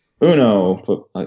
UNO